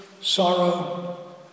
sorrow